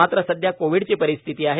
मात्र सध्या कोविडची परिस्थिती आहे